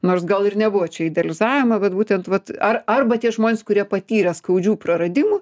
nors gal ir nebuvo čia idealizavimą vat būtent vat ar arba tie žmonės kurie patyrė skaudžių praradimų